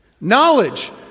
Knowledge